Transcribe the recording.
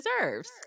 deserves